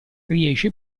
riesce